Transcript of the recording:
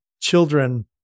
children